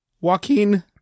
Joaquin